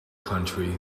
country